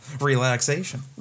relaxation